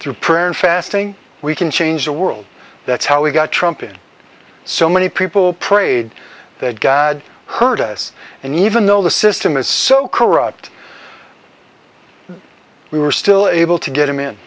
through prayer and fasting we can change the world that's how we got trumpeted so many people prayed that god heard us and even though the system is so corrupt we were still able to get him in